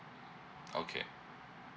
okay